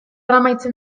amaitzen